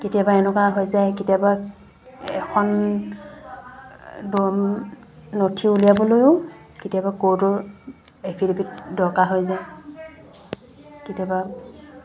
কেতিয়াবা এনেকুৱা হৈ যায় কেতিয়াবা এখন নথি উলিয়াবলৈয়ো কেতিয়াবা কৰ্টৰ এফিডেফিট দৰকাৰ হৈ যায় কেতিয়াবা